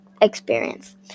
experience